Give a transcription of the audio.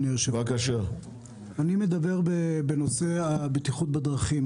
אני מדבר בנושא הבטיחות בדרכים,